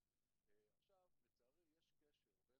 הנושא של הבריאות והתחייבויות